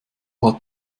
hat